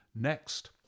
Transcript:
next